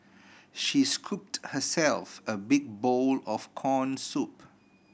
she scooped herself a big bowl of corn soup